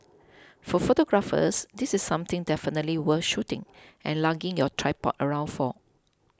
for photographers this is something definitely worth shooting and lugging your tripod around for